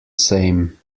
same